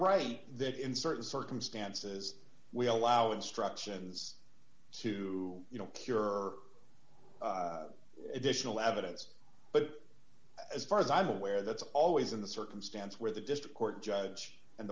right that in certain circumstances we allow instructions to you know pure additional evidence but as far as i'm aware that's always in the circumstance where the district court judge and